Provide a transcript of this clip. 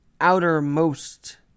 outermost